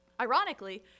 Ironically